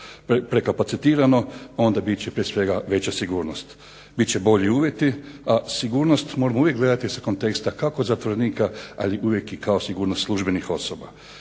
prekapacitirano, onda bit će prije svega veća sigurnost. Bit će bolji uvjeti a sigurnost moramo uvijek gledati s konteksta kako zatvorenika, ali uvijek i kao sigurnost službenih osoba.